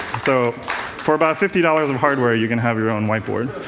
so for about fifty dollars of hardware, you can have your own whiteboard.